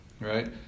right